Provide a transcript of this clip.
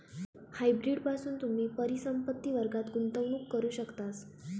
hybrid पासून तुम्ही परिसंपत्ति वर्गात गुंतवणूक करू शकतास